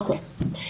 אוקיי,